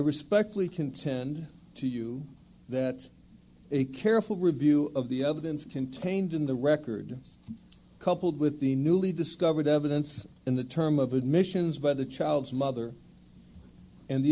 respectfully contend to you that a careful review of the evidence contained in the record coupled with the newly discovered evidence in the term of admissions by the child's mother and the